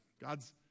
God's